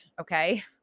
Okay